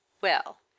Well